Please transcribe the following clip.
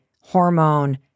hormone